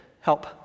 help